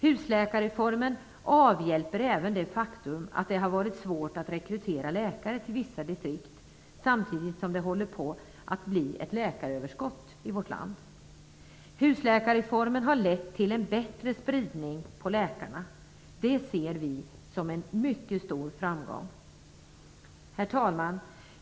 Husläkarreformen avhjälper även det faktum att det har varit svårt att rekrytera läkare till vissa distrikt, samtidigt som det håller på att bli ett läkaröverskott i vårt land. Husläkarreformen har lett till en bättre spridning av läkarna. Det ser vi som en mycket stor framgång. Herr talman!